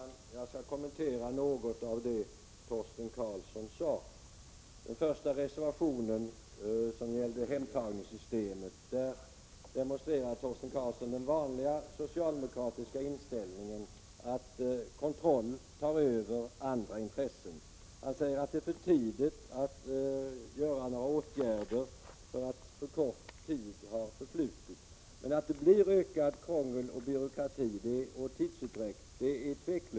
Herr talman! Jag skall kommentera något av det som Torsten Karlsson sade. Beträffande den första reservationen, som gäller hemtagningssystemet, demonstrerade Torsten Karlsson den vanliga socialdemokratiska inställningen att kontroll tar över andra intressen. Han sade att det är för tidigt att vidta några åtgärder därför att för kort tid har förflutit. Men det blir utan tvivel ökat krångel, byråkrati och tidsutdräkt.